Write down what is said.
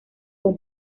con